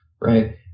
Right